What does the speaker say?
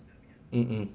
mm mm